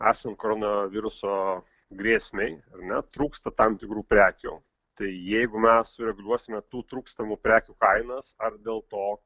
esant koronaviruso grėsmei ar ne trūksta tam tikrų prekių tai jeigu mes sureguliuosime tų trūkstamų prekių kainas ar dėl to